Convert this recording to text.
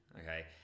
okay